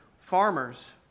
farmers